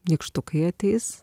nykštukai ateis